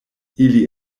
ili